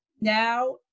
now